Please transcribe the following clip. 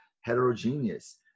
heterogeneous